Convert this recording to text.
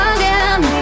Again